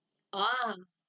!wah!